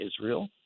Israel